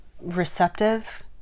receptive